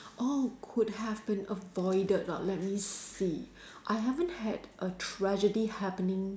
oh could have been avoided l~ let me see I haven't had a tragedy happening